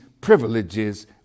privileges